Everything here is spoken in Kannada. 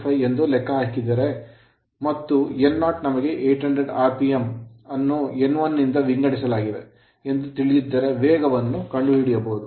25 ಎಂದು ಲೆಕ್ಕ ಹಾಕಿದರೆ ಮತ್ತು n0 ನಮಗೆ 800 rpm ಆರ್ ಪಿಎಂ ಅನ್ನು n1 ನಿಂದ ವಿಂಗಡಿಸಲಾಗಿದೆ ಎಂದು ತಿಳಿದಿದ್ದರೆ ವೇಗವನ್ನು ಕಂಡುಹಿಡಯಬಹುದು